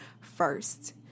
first